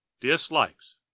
Dislikes